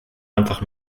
einfach